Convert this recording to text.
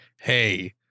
hey